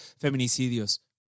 feminicidios